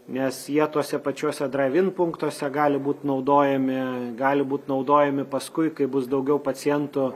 nes jie tuose pačiuose drive in punktuose gali būt naudojami gali būt naudojami paskui kai bus daugiau pacientų